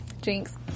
Jinx